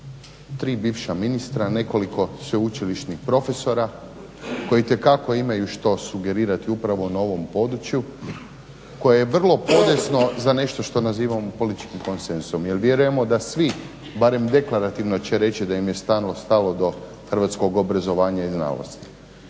tri bivša ministra, nekoliko sveučilišnih profesora koji itekako imaju što sugerirati upravo na ovom području koje je vrlo podesno za nešto što nazivamo političkim konsenzusom. Jer vjerujemo da svi barem deklarativno će reći da im je stvarno stalo do hrvatskog obrazovanja i znanosti.